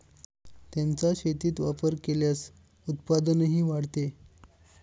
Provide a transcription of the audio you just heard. त्यांचा शेतीत वापर केल्यास उत्पादनही वाढते